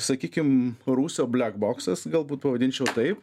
sakykim rūsio blek boksas galbūt pavadinčiau taip